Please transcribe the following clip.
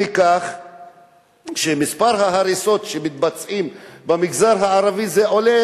מספר ההריסות שמתבצעות במגזר הערבי עולה